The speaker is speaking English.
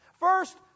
First